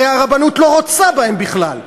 הרי הרבנות לא רוצה בהם בכלל.